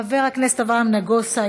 חבר הכנסת אברהם נגוסה,